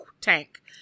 tank